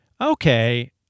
Okay